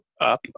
up